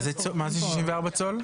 מה זה 64 צול?